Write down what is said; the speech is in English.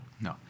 No